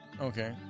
Okay